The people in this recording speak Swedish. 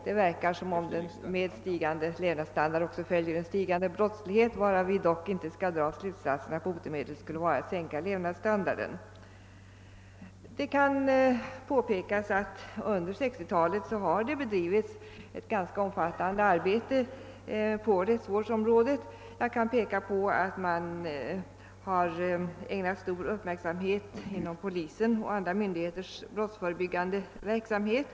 Det verkar som om med stigande levnadsstandard också följer en ökande brottslighet, varav vi dock inte bör dra slutsatsen att botemedlet skulle vara att sänka levnadsstandarden. Det kan påpekas att under 1960-talet har bedrivits ett ganska omfattande arbete på rättsvårdsområdet. Stor uppmärksamhet har ägnats åt polisens och andra myndigheters brottsförebyggande verksamhet.